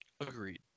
Agreed